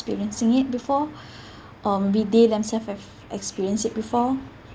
experiencing it before um be they themselves have experienced it before